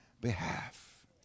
behalf